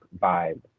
vibe